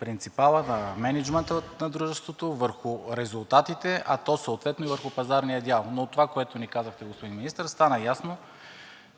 принципала на мениджмънта на дружеството върху резултатите, а съответно и върху пазарния дял. От това, което ни казахте, господин Министър, стана ясно,